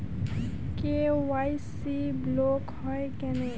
KYC block হয় কেনে?